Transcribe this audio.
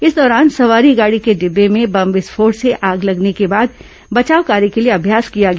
इस दौरान सवारी गाड़ी के डिब्बे में बम विस्फोट से आग लगने के बाद बचाव कार्य का अभ्यास किया गया